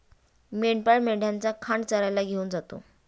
मेंढपाळ मेंढ्यांचा खांड चरायला घेऊन जातो